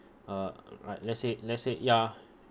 uh right let's say let's say ya